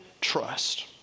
trust